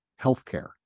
healthcare